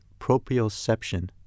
proprioception